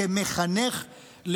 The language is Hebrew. כמחנך,